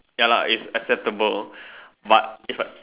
ya lah it's acceptable but if I